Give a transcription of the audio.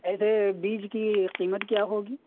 ایسے بیج کی قیمت کیا ہوگی